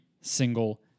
single